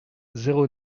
zéro